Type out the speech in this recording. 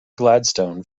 gladstone